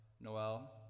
Noel